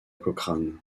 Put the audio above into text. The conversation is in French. cochrane